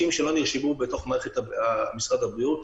שלא נרשמו במערכת משרד הבריאות.